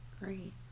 Great